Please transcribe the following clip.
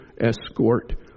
escort